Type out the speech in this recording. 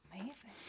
Amazing